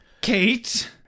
Kate